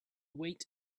wait